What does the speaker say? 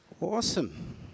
Awesome